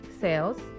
sales